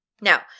Now